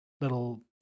little